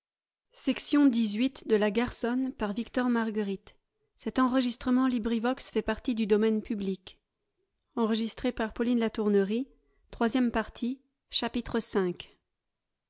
de la matière